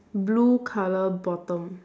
blue colour bottom